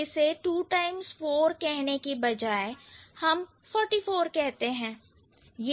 तो इसे 2 times 4 कहने की बजाय हम forty four कहते हैं